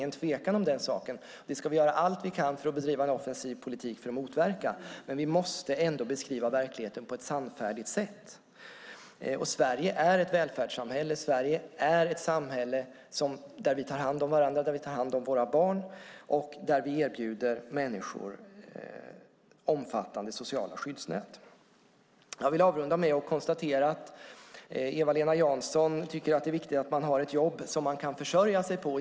Det är ingen tvekan om den saken, och vi ska göra allt vi kan för att bedriva en offensiv politik för att motverka detta. Vi måste dock beskriva verkligheten på ett sannfärdigt sätt. Sverige är ett välfärdssamhälle, och Sverige är ett samhälle där vi tar hand om varandra, tar hand om våra barn och erbjuder människor omfattande sociala skyddsnät. Jag vill avrunda med att konstatera att Eva-Lena Jansson tycker att det är viktigt att man har ett jobb man kan försörja sig på.